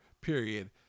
period